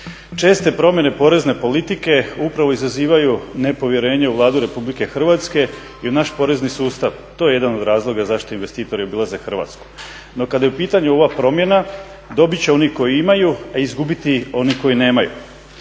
Česte promjene porezne politike upravo izazivaju nepovjerenje u Vladu RH i u naš porezni sustav. To je jedan od razloga zašto investitori obilaze Hrvatsku. No kada je u pitanju ova promjena dobit će oni koji imaju a izgubiti oni koji nemaju.